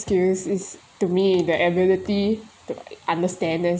skills is to me the ability to understand this